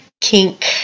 kink